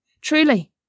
Truly